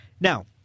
Now